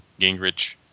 Gingrich